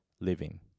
living